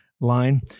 line